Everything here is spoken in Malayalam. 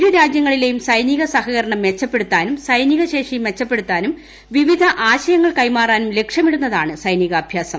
ഇരു രാജൃങ്ങളിലെയും സൈനിക സഹകരണം മെച്ചപ്പെടുത്താനും സൈനിക ശേഷി മെച്ചപ്പെടുത്താനും ആശയങ്ങൾ കൈമാറാനും ലക്ഷ്യമിടുന്നതാണ് വിവിധ സൈനികാഭ്യാസം